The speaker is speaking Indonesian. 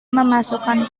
memasukkan